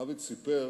רביץ סיפר